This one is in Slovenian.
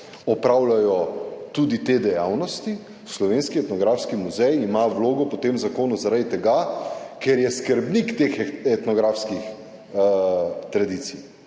opravljajo tudi te dejavnosti, Slovenski etnografski muzej ima vlogo po tem zakonu zaradi tega, ker je skrbnik teh etnografskih tradicij,